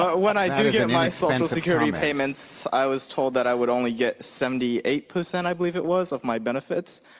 when i do get my social security payments, i was told that i would only get seventy eight percent, i believe it was, of my benefits.